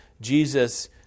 Jesus